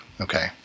Okay